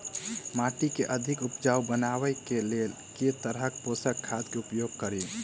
माटि केँ अधिक उपजाउ बनाबय केँ लेल केँ तरहक पोसक खाद केँ उपयोग करि?